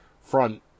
front